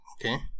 Okay